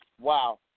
Wow